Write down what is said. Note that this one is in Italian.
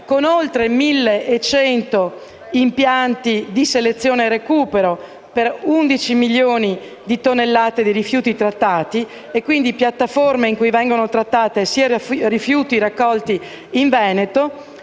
con oltre 1.100 impianti di selezione e recupero per 11 milioni di tonnellate di rifiuti trattati. Si tratta, quindi, di piattaforme in cui vengono trattati sia rifiuti raccolti in Veneto,